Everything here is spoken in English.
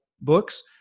books